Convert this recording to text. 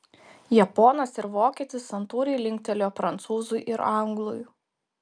japonas ir vokietis santūriai linktelėjo prancūzui ir anglui